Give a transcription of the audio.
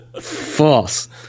False